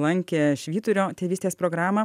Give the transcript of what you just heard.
lankė švyturio tėvystės programą